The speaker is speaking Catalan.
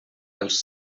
els